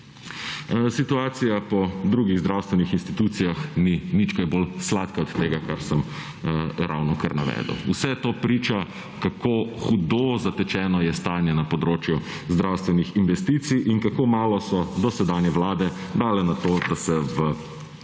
Situacija po drugih zdravstvenih institucijah ni nič kaj bolj sladka od tega, kar sem ravnokar navedel. Vse to priča, kako hudo zatečeno je stanje na področju zdravstvenih investicij in kako malo so dosedanje vlade dale na to, da se v